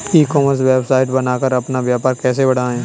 ई commerce website बनाकर अपना व्यापार कैसे बढ़ाएँ?